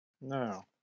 No